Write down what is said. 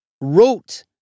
wrote